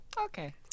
Okay